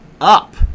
up